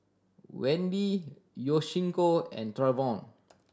Wendy Yoshiko and Trayvon